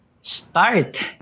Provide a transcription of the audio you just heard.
start